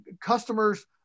customers